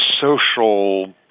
social